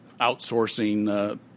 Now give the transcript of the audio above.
outsourcing